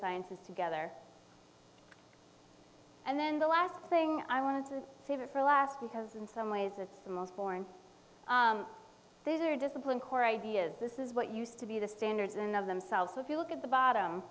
sciences together and then the last thing i want to save it for last because in some ways is the most boring these are disciplined core ideas this is what used to be the standards in of themselves so if you look at the bottom